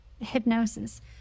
hypnosis